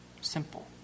Simple